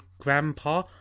Grandpa